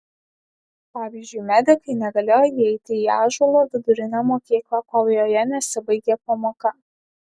pavyzdžiui medikai negalėjo įeiti į ąžuolo vidurinę mokyklą kol joje nesibaigė pamoka